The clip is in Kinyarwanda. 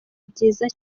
byiza